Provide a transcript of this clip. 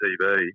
TV